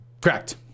Correct